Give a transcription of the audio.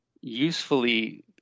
usefully